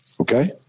Okay